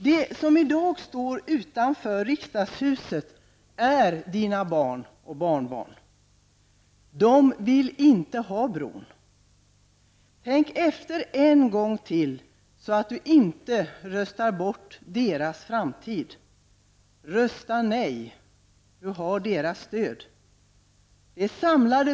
De som i dag står utanför riksdagshuset är dina barn och barnbarn. De vill inte ha bron. Tänk efter än gång till så att du inte röstar bort deras framtid. Rösta nej! Du har deras stöd.